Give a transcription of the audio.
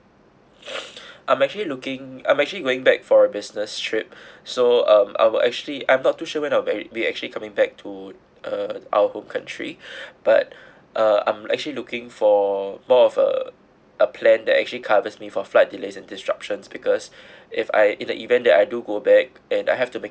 I'm actually looking I'm actually going back for a business trip so um I was actually I'm not too sure when I will be actually coming back to uh our home country but uh I'm actually looking for more of a a plan that actually covers me for flight delays and disruption because if I in the event that I do go back and I have to make it